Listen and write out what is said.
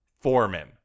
Foreman